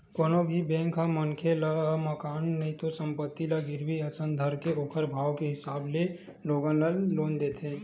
कोनो भी बेंक ह मनखे ल मकान नइते संपत्ति ल गिरवी असन धरके ओखर भाव के हिसाब ले लोगन ल लोन देथे